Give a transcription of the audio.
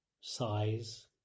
size